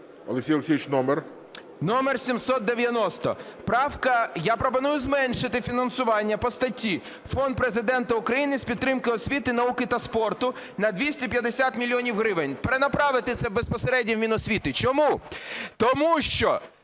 ГОНЧАРЕНКО О.О. Номер 790. Правкою я пропоную зменшити фінансування по статті "Фонд Президента України з підтримки освіти, науки та спорту" на 250 мільйонів гривень, перенаправити це безпосередньо в Міносвіти. Чому? Тому що